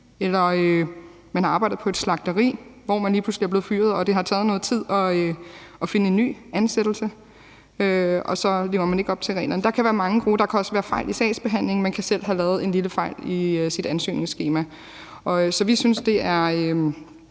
eller at man har arbejdet på et slagteri, hvor man lige pludselig er blevet fyret og det har taget noget tid at finde en ny ansættelse, og så lever man ikke op til reglerne. Der kan være mange gode grunde. Der kan også være sket fejl i sagsbehandlingen, og man kan selv have lavet en lille fejl i sit ansøgningsskema. Så vi synes, det er